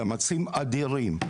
מאמצים אדירים.